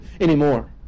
anymore